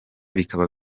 bikaba